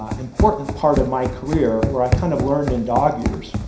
ah important part of my career where i kind of learned in dog years.